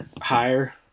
higher